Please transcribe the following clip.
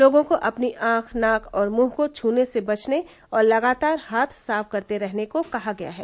लोगों को अपनी आंख नाक और मुंह को छूने से बचने और लगातार हाथ साफ करते रहने को कहा गया है